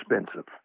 expensive